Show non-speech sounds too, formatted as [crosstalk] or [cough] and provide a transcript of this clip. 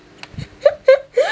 [laughs]